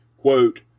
Quote